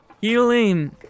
Healing